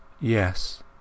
Yes